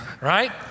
right